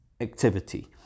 activity